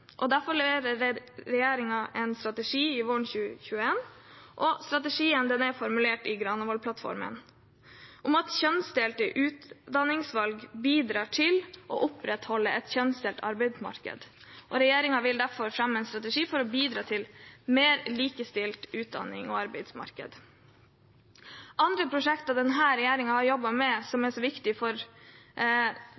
Derfor leverer regjeringen en strategi våren 2021. Strategien er formulert i Granavolden-plattformen: «Kjønnsdelte utdanningsvalg bidrar til å opprettholde et kjønnsdelt arbeidsmarked. Regjeringen vil derfor fremme en strategi for å bidra til et mer likestilt utdannings- og arbeidsmarked.» Andre prosjekter denne regjeringen har jobbet med som